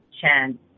Chan